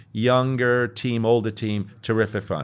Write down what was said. younger team, older team, terrific fund.